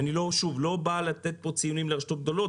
אני לא בא לתת פה ציונים לרשתות גדולות